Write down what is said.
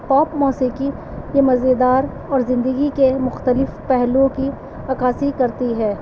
پاپ موسیقی یہ مزیدار اور زندگی کے مختلف پہلوؤں کی عکاسی کرتی ہے